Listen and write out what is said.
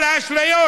אבל לאשליות,